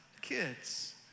kids